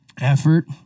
effort